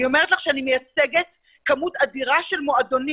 אני אומרת לך שאני מייצגת כמות אדירה של מועדונים,